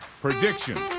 Predictions